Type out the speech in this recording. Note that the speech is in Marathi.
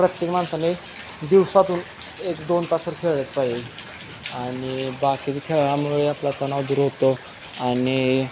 प्रत्येक माणसाने दिवसातून एक दोन तास तर खेळलंच पाहिजे आणि बाकी खेळामुळे आपला तणाव दूर होतो आणि